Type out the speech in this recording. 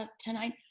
ah tonight?